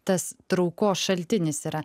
tas traukos šaltinis yra